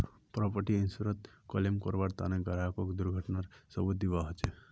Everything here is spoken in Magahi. प्रॉपर्टी इन्शुरन्सत क्लेम करबार तने ग्राहकक दुर्घटनार सबूत दीबा ह छेक